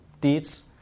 deeds